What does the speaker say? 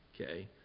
okay